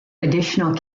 additional